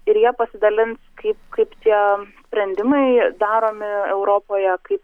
ir ja pasidalins kaip kaip tie sprendimai daromi europoje kaip